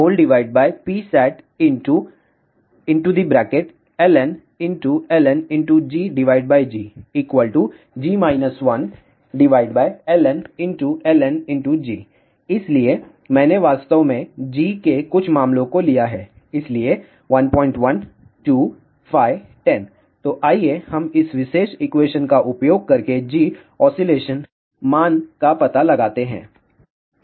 तो Goscmax PoutPin PsatG 1GPsatln G GG 1ln G इसलिए मैंने वास्तव में G के कुछ मामलों को लिया है इसलिए 11 2 5 10 तो आइए हम इस विशेष एक्वेशन का उपयोग कर के Gosc मान का पता लगाते हैं